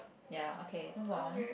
ya okay move on